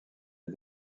les